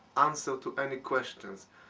um so to any question,